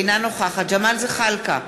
אינה נוכחת ג'מאל זחאלקה,